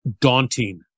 daunting